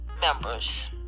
members